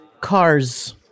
Cars